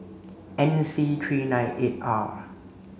N C three nine eight R